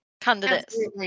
Candidates